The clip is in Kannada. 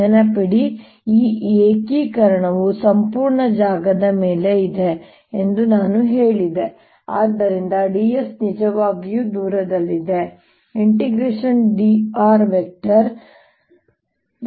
ನೆನಪಿಡಿ ಈ ಏಕೀಕರಣವು ಸಂಪೂರ್ಣ ಜಾಗದ ಮೇಲೆ ಇದೆ ಎಂದು ನಾನು ಹೇಳಿದೆ ಆದ್ದರಿಂದ ds ನಿಜವಾಗಿಯೂ ದೂರದಲ್ಲಿದೆ dr